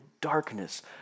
darkness